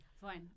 Fine